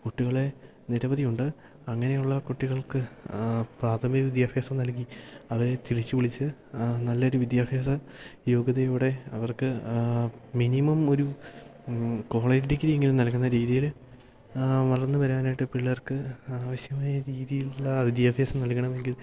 കുട്ടികളെ നിരവധിയുണ്ട് അങ്ങനെയുള്ള കുട്ടികൾക്ക് പ്രാഥമിക വിദ്യാഭ്യാസം നൽകി അവരെ തിരിച്ചുവിളിച്ച് നല്ലൊരു വിദ്യാഭ്യാസ യോഗ്യതയോടെ അവർക്ക് മിനിമം ഒരു കോളേജ് ഡിഗ്രി എങ്കിലും നൽകുന്ന രീതിയില് വളർന്നുവരാനായിട്ട് പിള്ളേർക്ക് ആവശ്യമായ രീതിയിലുള്ള വിദ്യാഭ്യാസം നൽകണമെങ്കിൽ